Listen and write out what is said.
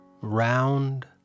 round